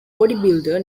bodybuilder